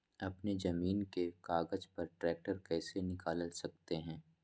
अपने जमीन के कागज पर ट्रैक्टर कैसे निकाल सकते है?